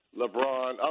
LeBron